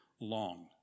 long